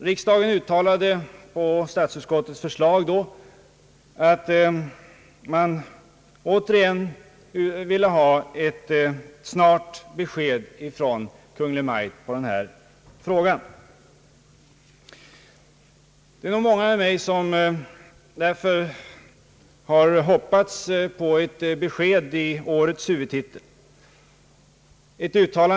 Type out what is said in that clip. Riksdagen uttalade då på statsutskottets förslag att man återigen ville ha ett snabbt besked från Kungl. Maj:t i denna fråga. Det är nog många med mig som därför har hoppats på ett besked i årets huvudtitel.